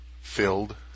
filled